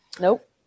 Nope